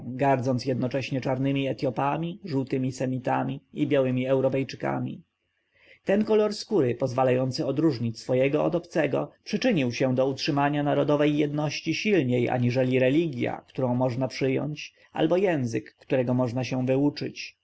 gardząc jednocześnie czarnymi etjopami żółtymi semitami i białymi europejczykami ten kolor skóry pozwalający odróżnić swojego od obcego przyczynił się do utrzymania narodowej jedności silniej aniżeli religja którą można przyjąć albo język którego można się wyuczyć